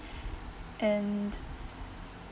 and